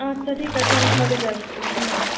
আচ্ছা ঠিক আছে আমি তাহলে যাচ্ছি হ্যাঁ